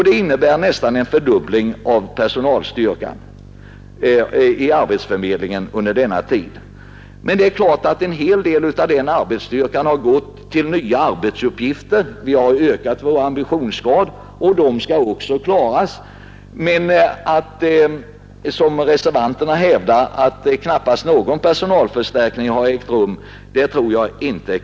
Det innebär nästan en fördubbling av personalstyrkan. En hel del av denna arbetsstyrka har visserligen gått till nya arbetsuppgifter — vi har ökat vår ambitionsgrad — men att, så som reservanterna gör, hävda att det knappast förekommit någon personalförstärkning kan inte vara riktigt.